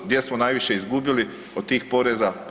Gdje smo najviše izgubili od tih poreza?